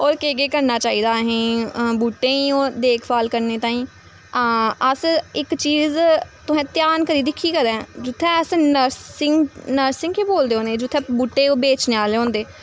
होर केह् केह् करना चाहिदा असेंगी बूह्टें गी देख भाल करने ताईं आं अस इक चीज तुसें ध्यान करियै दिक्खी कदें जित्थै अस नर्सिंग नरसिंग केह् बोलदे उ'नेंगी जित्थै बूह्टे ओह् बेचने आह्ले होंदे